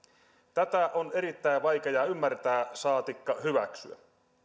tätä on erittäin vaikea ymmärtää saatikka hyväksyä